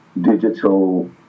digital